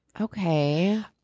Okay